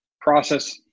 process